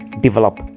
develop